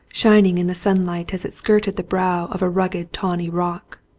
shining in the sunlight as it skirted the brow of a rugged tawny rock.